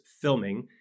filming